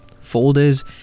folders